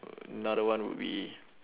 another one would be